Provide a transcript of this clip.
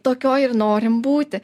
tokioj ir norim būti